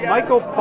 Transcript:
Michael